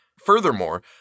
Furthermore